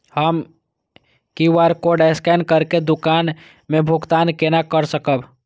हम QR code scan करके दुकान में भुगतान केना कर सकब?